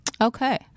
okay